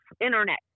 internet